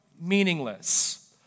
meaningless